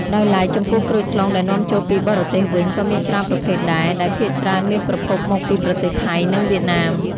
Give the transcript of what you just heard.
ដោយឡែក ចំពោះក្រូចថ្លុងដែលនាំចូលពីបរទេសវិញក៏មានច្រើនប្រភេទដែរ ដែលភាគច្រើនមានប្រភពមកពីប្រទេសថៃ និងវៀតណាម។